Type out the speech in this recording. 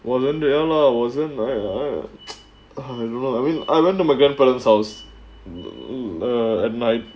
wasn't ya lah wasn't err a lot of I mean I went to my grandparents' house err at night